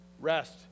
Rest